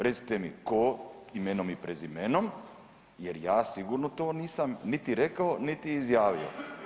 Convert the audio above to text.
Recite mi tko imenom i prezimenom, jer ja sigurno to nisam niti rekao, niti izjavio.